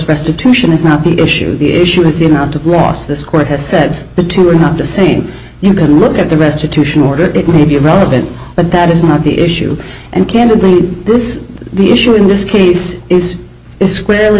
restitution is not the issue the issue is the amount of loss this court has said the two are not the same you can look at the rest to two sure it may be relevant but that is not the issue and candidly this is the issue in this case is squarely